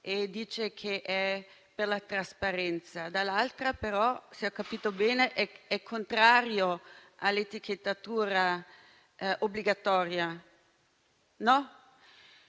e dice di essere per la trasparenza; dall'altra, però, se ho capito bene, è contrario all'etichettatura obbligatoria. Se